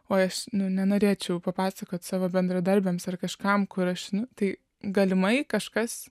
oi aš nu nenorėčiau papasakot savo bendradarbiams ar kažkam kur aš einu tai galimai kažkas